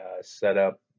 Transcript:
setup